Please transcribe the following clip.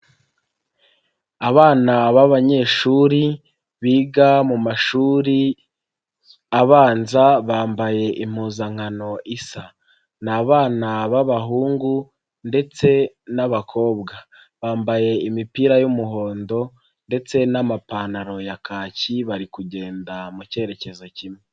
Abana b'abanyeshuri, biga mu mashuri abanza, bambaye impuzankano isa. Ni abana b'abahungu ndetse n'abakobwa. Bambaye imipira y'umuhondo ndetse n'amapantaro ya kaki, bari kugenda mu cyerekezo kimwe.